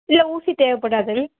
இல்லை ஊசி தேவைப்படாது